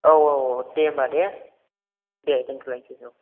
औ औ औ दे होनब्ला दे दे दोन्थ'लायनोसै औ